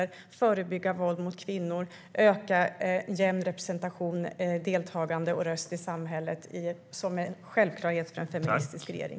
Det handlar om att förebygga våld mot kvinnor och att öka en jämn representation, ett deltagande och en röst i samhället. Det är en självklarhet för en feministisk regering.